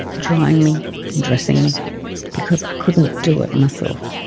drying me dressing me because i couldn't do it myself.